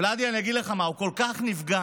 ולדי, אני אגיד לך מה, הוא כל כך נפגע